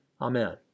Amen